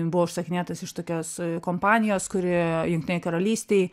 buvo užsakinėtas iš tokios kompanijos kuri jungtinėj karalystėj